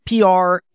PR